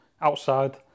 outside